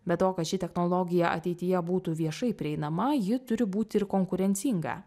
be to kad ši technologija ateityje būtų viešai prieinama ji turi būti ir konkurencinga